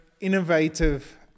innovative